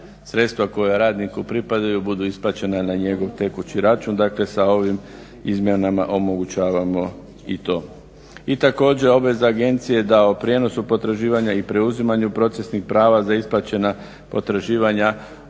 sredstva koja radniku pripadaju budu isplaćena na njegov tekući račun. Dakle sa ovim izmjenama omogućavamo i to. I također obveza agencije da o prijenosu potraživanja i preuzimanju procesnih prava za isplaćena potraživanja